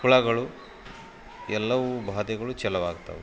ಹುಳಗಳು ಎಲ್ಲವು ಬಾಧೆಗಳು ಚಾಲು ಆಗ್ತಾವೆ ರೀ